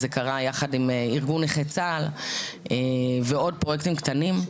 זה קרה יחד עם ארגון נכי צה"ל ועוד פרויקטים קטנים.